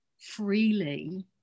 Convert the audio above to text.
freely